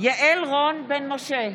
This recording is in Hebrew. יעל רון בן משה,